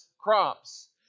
crops